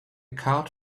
cart